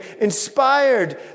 inspired